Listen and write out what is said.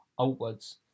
outwards